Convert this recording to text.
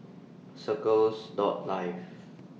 Circles Dog Life